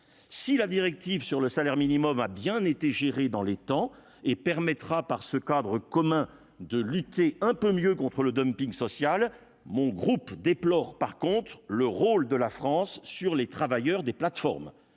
si la directive sur le salaire minimum a bien été géré dans les temps et permettra par ce cadre commun de lutter un peu mieux contre le dumping social, mon groupe déplore par contre le rôle de la France sur les travailleurs des plateformes